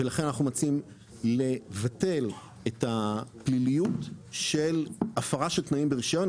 ולכן אנחנו מציעים לבטל את הפליליות של הפרה של תנאים ברישיון,